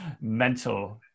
Mental